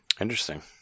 Interesting